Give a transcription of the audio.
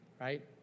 right